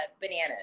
bananas